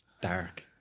dark